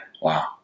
Wow